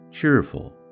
cheerful